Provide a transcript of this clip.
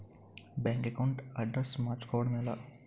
Bank account address మార్చుకోవడం ఎలా?